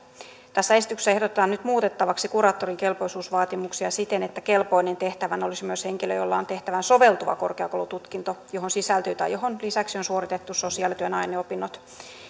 tässä esityksessä ehdotetaan nyt muutettavaksi kuraattorin kelpoisuusvaatimuksia siten että kelpoinen tehtävään olisi myös henkilö jolla on tehtävään soveltuva korkeakoulututkinto johon sisältyy tai jonka lisäksi on suoritettu sosiaalityön aineopinnot